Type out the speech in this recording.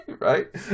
Right